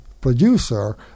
producer